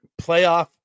playoff